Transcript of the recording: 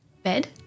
Bed